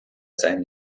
sein